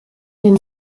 den